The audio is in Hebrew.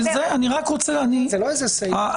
אמר אדוני הערה, שאני רוצה רגע להתכתב אתה